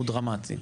הוא דרמטי.